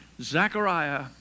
Zechariah